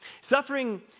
Suffering